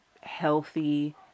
healthy